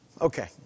Okay